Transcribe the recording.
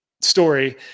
story